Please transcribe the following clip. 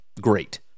great